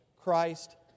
Christ